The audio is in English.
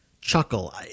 chuckle